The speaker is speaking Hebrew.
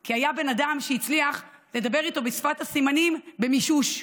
כי היה בן אדם שהצליח לדבר איתו בשפת הסימנים במישוש.